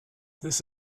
this